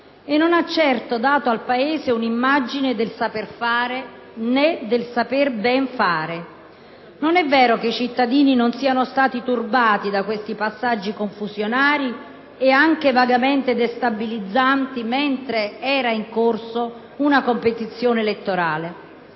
Non ha certo dato al Paese un'immagine del saper fare, né del saper ben fare. Non è vero che i cittadini non siano stati turbati da questi passaggi confusionari e anche vagamente destabilizzanti mentre era in corso una competizione elettorale.